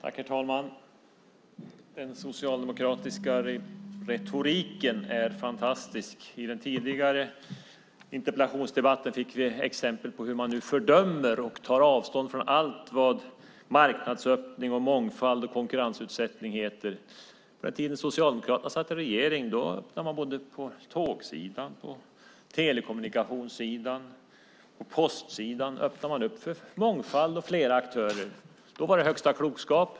Fru talman! Den socialdemokratiska retoriken är fantastisk. I den tidigare interpellationsdebatten fick vi exempel på hur man fördömer och tar avstånd från allt vad marknadsöppning, mångfald och konkurrensutsättning heter. Men på den tiden Socialdemokraterna satt i regering öppnade de både på tåg-, på telekommunikations och postsidan. Man öppnade upp för mångfald och fler aktörer. Då var det högsta klokskap.